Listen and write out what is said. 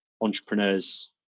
entrepreneurs